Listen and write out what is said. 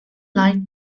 light